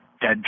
dead